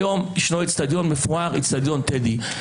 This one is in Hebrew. היום יש לנו אצטדיון מפואר, אצטדיון טדי.